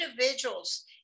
individuals